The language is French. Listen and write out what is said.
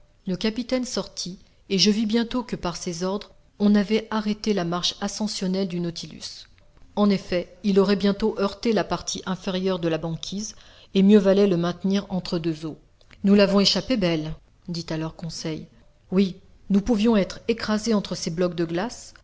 le capitaine sortit et je vis bientôt que par ses ordres on avait arrêté la marche ascensionnelle du nautilus en effet il aurait bientôt heurté la partie inférieure de la banquise et mieux valait le maintenir entre deux eaux nous l'avons échappé belle dit alors conseil oui nous pouvions être écrasés entre ces blocs de glace